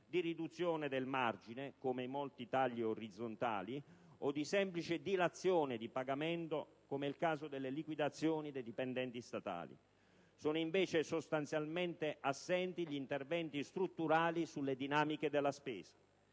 di riduzione al margine, come i molti tagli orizzontali, o di semplice dilazione di pagamento, come nel caso delle liquidazioni dei dipendenti statali. Sono, invece, sostanzialmente assenti gli interventi strutturali sulle dinamiche della spesa.